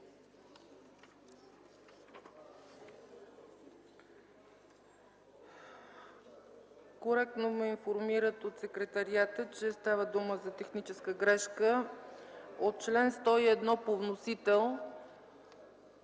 Коректно ме информират от Секретариата, че става дума за техническа грешка – от чл. 101, по вносител,